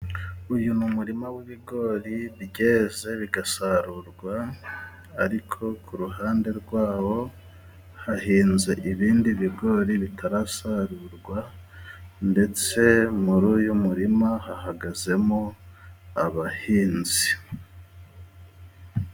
Uyu ni murima w'ibigori byeze bigasarurwa, ariko ku ruhande rwaho hahinze ibindi bigori bitarasarurwa, ndetse muri uyu murima hahagazemo abahinzi.